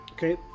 Okay